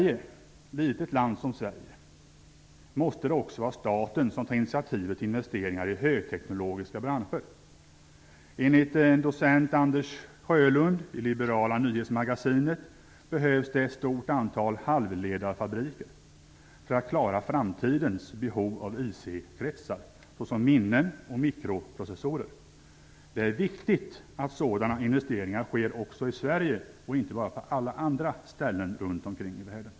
I ett litet land som Sverige måste det också vara staten som tar initiativet till investeringar i högteknologiska branscher. Enligt docent Anders Sjölund i liberala Nyhetsmagasinet behövs det ett stort antal halvledarfabriker för att klara framtidens behov av IC-kretsar såsom minnen och mikroprocessorer. Det är viktigt att sådana investeringar sker också i Sverige och inte bara på alla andra ställen runt omkring i världen.